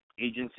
agency